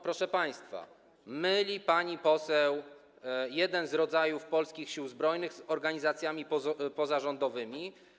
Proszę państwa, myli pani poseł jeden z rodzajów polskich Sił Zbrojnych z organizacjami pozarządowymi.